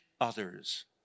others